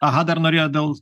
aha dar norėjot dėl